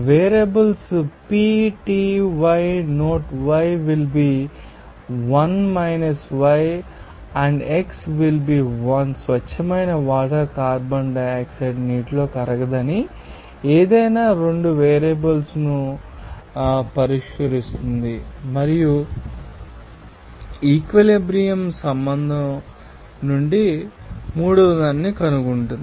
variables P T yA note yB will be 1 yA and xA will be 1 స్వచ్ఛమైన water carbon dioxide నీటిలో కరగనిది ఏదైనా రెండు variables ను పరిష్కరిస్తుంది మరియు ఈక్విలిబ్రియం సంబంధం నుండి మూడవదాన్ని కనుగొంటుంది